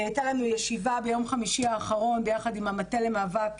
הייתה לנו ישיבה ביום חמישי האחרון ביחד עם המטה למאבק